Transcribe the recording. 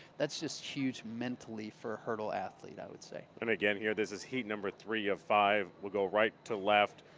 that's just huge mentally for a hurdle athlete i would say. will and again, here this is heat number three of five. we'll go right to left.